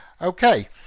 Okay